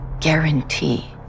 Guarantee